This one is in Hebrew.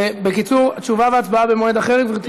בקיצור, תשובה והצבעה במועד אחר, גברתי?